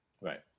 Right